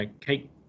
cake